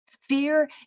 fear